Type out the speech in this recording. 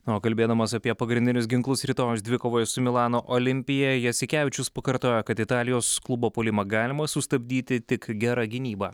na o kalbėdamas apie pagrindinius ginklus rytojaus dvikovoje su milano olimpija jasikevičius pakartojo kad italijos klubo puolimą galima sustabdyti tik gera gynyba